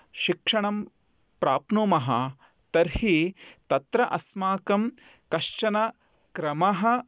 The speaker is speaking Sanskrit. शिक्षणं प्राप्नुमः तर्हि तत्र अस्माकं कश्चन क्रमः